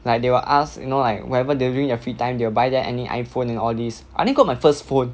like they will ask you know like whenever during their free time they will buy them any iphone and all this I only got my first phone